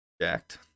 jacked